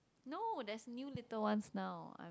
no there's new little ones now